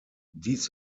dies